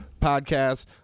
podcast